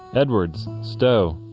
edwards, stowe?